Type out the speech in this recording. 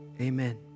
Amen